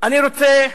אני רוצה,